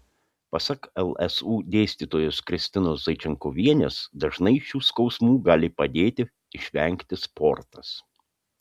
pasak lsu dėstytojos kristinos zaičenkovienės dažnai šių skausmų gali padėti išvengti sportas